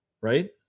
right